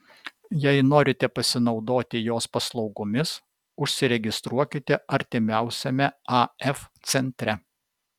jei norite pasinaudoti jos paslaugomis užsiregistruokite artimiausiame af centre